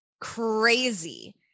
crazy